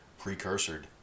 precursored